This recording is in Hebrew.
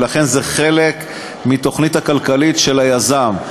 ולכן זה חלק מהתוכנית הכלכלית של היזם.